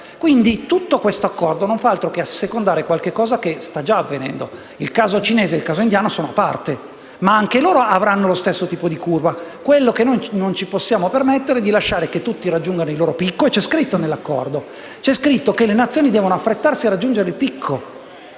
Quindi, questo accordo non fa altro che assecondare qualcosa che sta già avvenendo. Il caso cinese e quello indiano sono casi a parte, ma anche loro avranno lo stesso tipo di curva. Quello che noi non ci possiamo permettere è che tutti raggiungano il loro picco. Questo è scritto nell'accordo. È scritto che le Nazioni devono affrettarsi a raggiungere il picco.